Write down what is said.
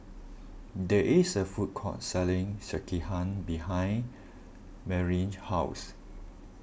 there is a food court selling Sekihan behind Marlyn's house